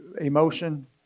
emotion